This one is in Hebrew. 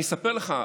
אני אספר לך,